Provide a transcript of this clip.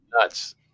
nuts